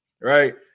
right